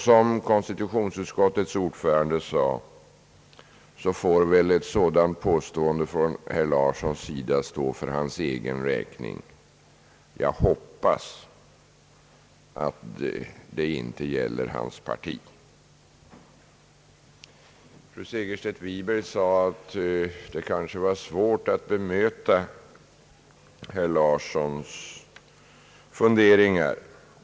Som konstitutionsutskottets ordförande sade får väl ett sådant påstående som detta från herr Larssons sida stå för hans egen räkning. Jag hoppas att det inte gäller hans parti. Fru Segerstedt Wiberg sade att det kanske var svårt att bemöta herr Larssons funderingar.